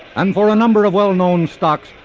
and for a number of well-known stocks,